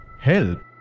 Help